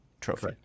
trophy